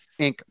Inc